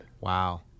wow